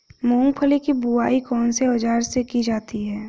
मूंगफली की बुआई कौनसे औज़ार से की जाती है?